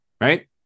right